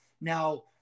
now